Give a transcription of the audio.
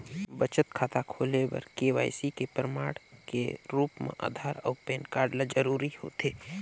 बचत खाता खोले बर के.वाइ.सी के प्रमाण के रूप म आधार अऊ पैन कार्ड ल जरूरी होथे